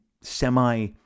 semi